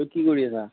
কি কৰি আছা